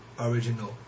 original